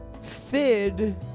Fid